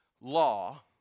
law